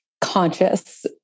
conscious